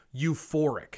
euphoric